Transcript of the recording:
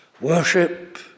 Worship